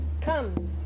Come